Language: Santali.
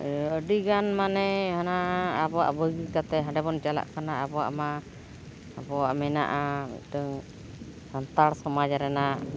ᱟᱹᱰᱤᱜᱟᱱ ᱢᱟᱱᱮ ᱦᱟᱱᱟ ᱟᱵᱚᱣᱟᱜ ᱵᱟᱹᱜᱤ ᱠᱟᱛᱮ ᱦᱟᱸᱰᱮᱵᱚᱱ ᱪᱟᱞᱟᱜ ᱠᱟᱱᱟ ᱟᱵᱚᱣᱟᱜᱼᱢᱟ ᱟᱵᱚᱣᱟᱜ ᱢᱮᱱᱟᱜᱼᱟ ᱢᱤᱫᱴᱟᱝ ᱥᱟᱱᱛᱟᱲ ᱥᱚᱢᱟᱡ ᱨᱮᱱᱟᱜ